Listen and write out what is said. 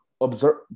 observe